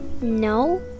No